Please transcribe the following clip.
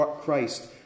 Christ